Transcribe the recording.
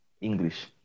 english